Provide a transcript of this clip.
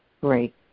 Great